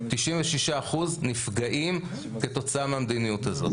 96% נפגעים כתוצאה מהמדיניות הזאת.